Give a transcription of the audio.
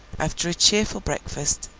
after a cheerful breakfast,